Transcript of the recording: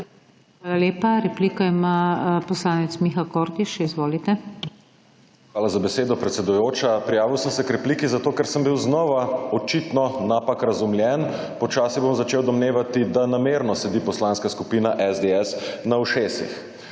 lepa. Repliko ima poslanec Miha Kordiš. Izvolite. **MIHA KODRIŠ (PS Levica):** Hvala za besedo, predsedujoča. Prijavil sem se k repliki, zato ker sem bil znova očitno napak razumljen. Počasi bom začel domnevati, da namerno sedi Poslanska skupina SDS na ušesih.